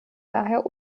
daher